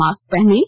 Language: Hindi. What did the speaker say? मास्क पहनें